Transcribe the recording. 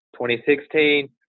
2016